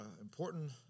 important